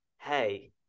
Hey